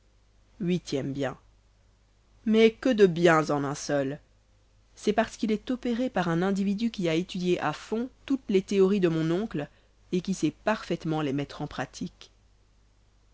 huitième bien mais que de biens en un seul c'est parce qu'il est opéré par un individu qui a étudié à fond toutes les théories de mon oncle